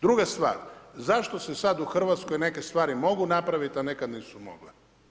Druga stvar, zašto se sad u Hrvatskoj neke stvari mogu napraviti a nekad nisu mogle?